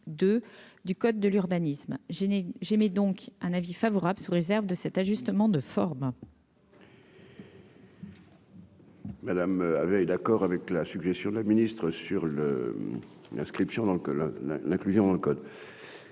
2 du code de l'urbanisme je ai j'aimais donc un avis favorable sous réserve de cet ajustement de forme. Madame avait d'accord avec la suggestion de la Ministre sur le l'inscription donc la la l'inclusion dans le code,